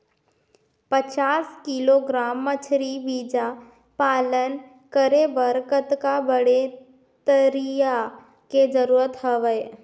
पचास किलोग्राम मछरी बीजा पालन करे बर कतका बड़े तरिया के जरूरत हवय?